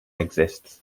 exists